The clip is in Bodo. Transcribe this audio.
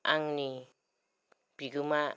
आंनि बिगोमा